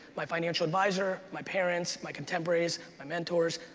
my financial advisor, my parents, my contemporaries, my mentors,